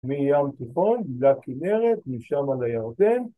‫מים תיכון לכנרת, משם לירדן.